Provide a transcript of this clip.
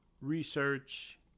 research